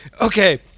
Okay